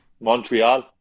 Montreal